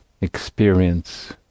experience